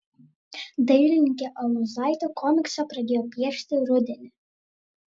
dailininkė aluzaitė komiksą pradėjo piešti rudenį